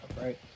right